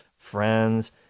Friends